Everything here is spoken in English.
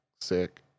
sick